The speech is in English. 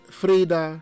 freda